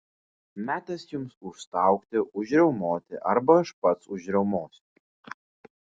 metas jums užstaugti užriaumoti arba aš pats užriaumosiu